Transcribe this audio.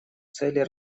цели